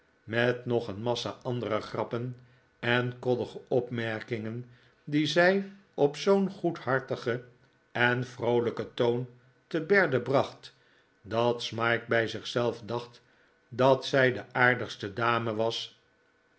met nog een massa andere grappen en koddige opmerkingen die zij op zoo'n goedhartigen en vroolijken toon te berde bracht dat smike bij zich zelf dacht dat zij de aardigste dame was